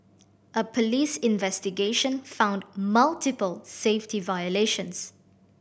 a police investigation found multiple safety violations